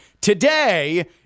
Today